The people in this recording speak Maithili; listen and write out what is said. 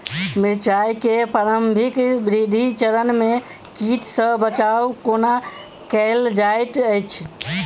मिर्चाय केँ प्रारंभिक वृद्धि चरण मे कीट सँ बचाब कोना कैल जाइत अछि?